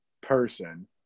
person